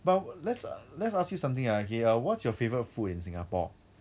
but let's let's ask you something ah hear what's your favourite food in singapore